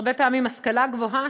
הרבה פעמים השכלה גבוהה,